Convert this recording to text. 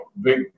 big